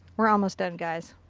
we're almost done guys.